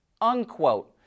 unquote